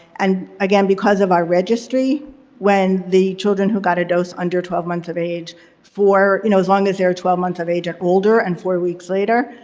and again, because of our registry when the children who got a dose under twelve months of age for, you know, as long as they're twelve months of age and older and four weeks later,